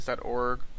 org